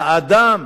האדם.